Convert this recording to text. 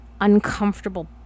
uncomfortable